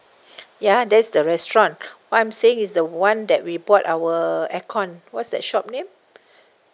ya that's the restaurant what I'm saying is the one that we bought our aircon what's that shop name